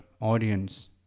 audience